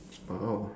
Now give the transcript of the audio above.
!wow!